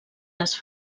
les